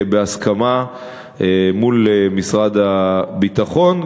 בהסכמה מול משרד הביטחון,